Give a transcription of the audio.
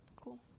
Cool